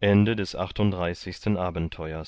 neununddreißigstes abenteuer